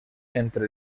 entre